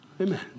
Amen